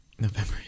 November